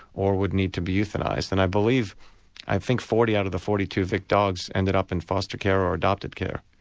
or would need to be euthanised. and i believe i think forty out of the forty two vick dogs ended up in foster care or adopted care.